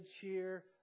cheer